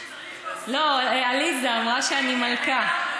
לא, עליזה אמרה שאני מלכה.